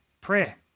prayer